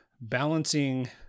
balancing